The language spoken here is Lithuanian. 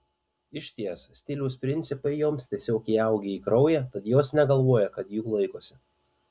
išties stiliaus principai joms tiesiog įaugę į kraują tad jos negalvoja kad jų laikosi